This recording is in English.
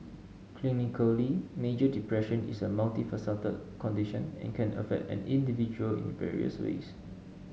clinically major depression is a multifaceted condition and can affect an individual in various ways